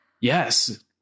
yes